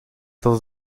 dat